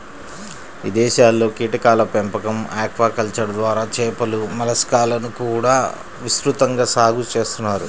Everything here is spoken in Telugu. ఇదేశాల్లో కీటకాల పెంపకం, ఆక్వాకల్చర్ ద్వారా చేపలు, మలస్కాలను కూడా విస్తృతంగా సాగు చేత్తన్నారు